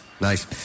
Nice